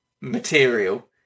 material